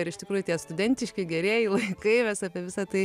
ir iš tikrųjų tie studentiški gerieji laikai mes apie visa tai